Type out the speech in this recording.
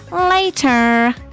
Later